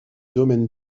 domaine